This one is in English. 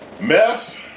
Meth